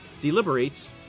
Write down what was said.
deliberates